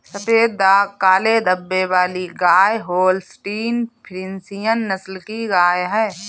सफेद दाग काले धब्बे वाली गाय होल्सटीन फ्रिसियन नस्ल की गाय हैं